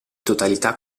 totalità